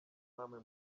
namwe